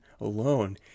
alone